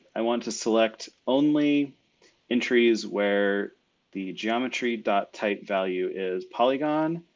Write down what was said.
i want to select only entries where the geometry dot type value is polygon,